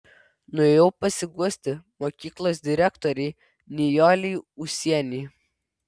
nuėjau pasiguosti mokyklos direktorei nijolei ūsienei